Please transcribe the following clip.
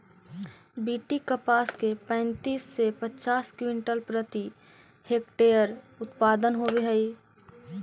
BT कपास के पैंतीस से पचास क्विंटल प्रति हेक्टेयर उत्पादन होवे हई